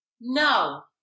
No